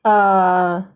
err